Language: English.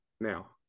now